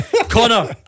Connor